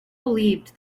believed